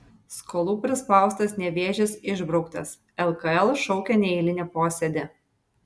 skolų prispaustas nevėžis išbrauktas lkl šaukia neeilinį posėdį